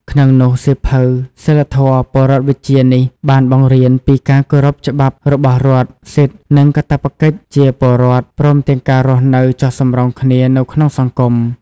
ក្នុងនោះសៀវភៅសីលធម៌-ពលរដ្ឋវិជ្ជានេះ បានបង្រៀនពីការគោរពច្បាប់របស់រដ្ឋ សិទ្ធិ និងកាតព្វកិច្ចជាពលរដ្ឋ ព្រមទាំងការរស់នៅចុះសម្រុងគ្នានៅក្នុងសង្គម។